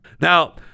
Now